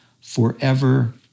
forever